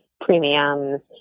premiums